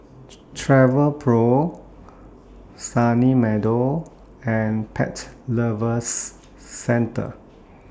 Travelpro Sunny Meadow and Pet Lovers Centre